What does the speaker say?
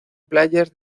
playas